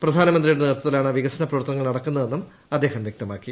പ്രധാനമന്ത്രിയുടെ നേതൃത്വത്തിലാണ് വികസന പ്രവർത്തനങ്ങൾ നടക്കൂന്നതെന്നും അദ്ദേഹം വ്യക്തമാക്കി